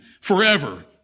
forever